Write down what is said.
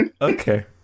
okay